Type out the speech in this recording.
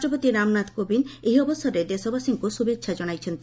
ରାଷ୍ଟ୍ରପତି ରାମନାଥ କୋବିନ୍ଦ ଏହି ଅବସରରେ ଦେଶବାସୀଙ୍କୁ ଶୁଭେଚ୍ଛା ଜଣାଇଚ୍ଚନ୍ତି